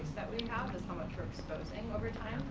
how much we're exposing over